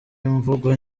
imvugo